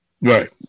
Right